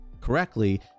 correctly